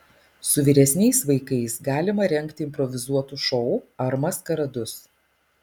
su vyresniais vaikais galima rengti improvizuotus šou ar maskaradus